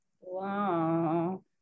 wow